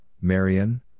Marion